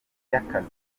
y’akazi